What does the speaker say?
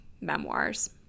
memoirs